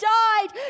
died